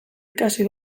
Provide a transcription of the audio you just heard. ikasi